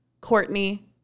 Courtney